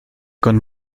con